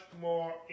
more